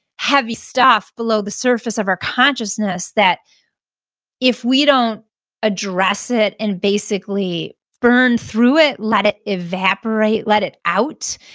heavy stuff below the surface of our consciousness that if we don't address it, and basically burn through it, let it evaporate, let it out,